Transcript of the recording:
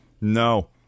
No